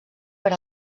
per